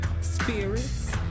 spirits